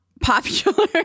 popular